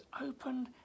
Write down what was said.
opened